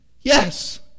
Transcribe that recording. Yes